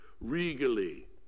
regally